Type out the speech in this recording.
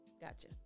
Gotcha